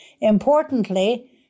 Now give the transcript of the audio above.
Importantly